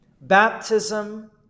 Baptism